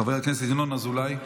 חבר הכנסת ינון אזולאי,